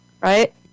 right